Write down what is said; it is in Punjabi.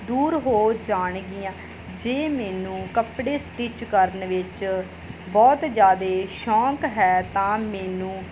ਦੂਰ ਹੋ ਜਾਣਗੀਆਂ ਜੇ ਮੈਨੂੰ ਕੱਪੜੇ ਸਟਿੱਚ ਕਰਨ ਵਿੱਚ ਬਹੁਤ ਜ਼ਿਆਦਾ ਸ਼ੌਂਕ ਹੈ ਤਾਂ ਮੈਨੂੰ